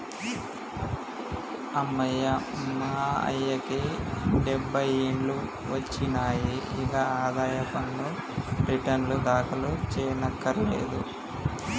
అమ్మయ్య మా అయ్యకి డబ్బై ఏండ్లు ఒచ్చినాయి, ఇగ ఆదాయ పన్ను రెటర్నులు దాఖలు సెయ్యకర్లేదు